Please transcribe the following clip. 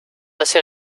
assez